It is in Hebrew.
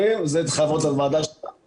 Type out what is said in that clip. אנחנו מחזיקים צוות של מסבירים בשכר.